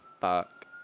Fuck